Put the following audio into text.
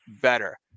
better